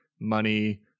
money